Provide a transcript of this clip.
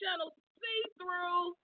See-Through